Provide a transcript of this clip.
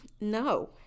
No